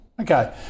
Okay